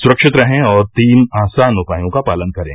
सुरक्षित रहें और तीन आसान उपायों का पालन करें